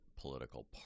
political